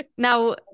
Now